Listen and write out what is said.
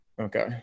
okay